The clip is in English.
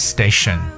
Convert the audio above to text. Station